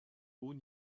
haut